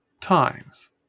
times